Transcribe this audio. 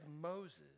Moses